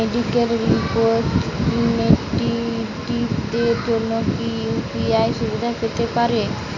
Medical রিপ্রেজন্টেটিভদের জন্য কি ইউ.পি.আই সুবিধা পেতে পারে?